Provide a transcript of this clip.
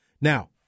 Now